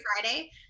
friday